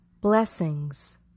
Blessings